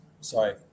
sorry